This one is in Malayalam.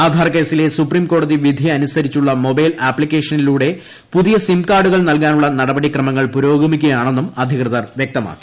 അധാർ ് കേസിലെ സ്ക്ര്യീാകോടതി വിധി അനുസരിച്ചുള്ള മൊബൈൽ ആപ്ലിക്കേഷ്ട്രിയിലൂടെ പുതിയ സിം കാർഡുകൾ നൽകാ നുള്ള നടപടി ക്രമങ്ങൾ പ്പുരോഗമിക്കുകയാണെന്നും അധികൃതർ വ്യക്തമാക്കി